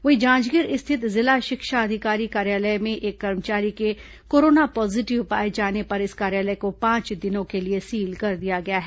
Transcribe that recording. वहीं जांजगीर स्थित जिला शिक्षा अधिकारी कार्यालय में एक कर्मचारी के कोरोना पॉजीटिव पाए जाने पर इस कार्यालय को पांच दिनों के लिए सील कर दिया गया है